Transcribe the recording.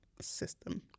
system